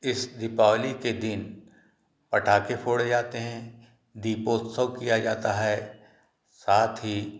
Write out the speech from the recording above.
इस दीपावली के दिन पटाखे फोड़े जाते हैं दीपोत्सव किया जाता है साथ ही